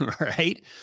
Right